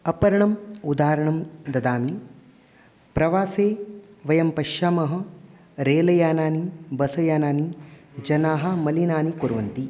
अपरम् उदाहरणं ददामि प्रवासे वयं पश्यामः रेलयानानि बसयानानि जनाः मलिनानि कुर्वन्ति